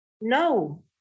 No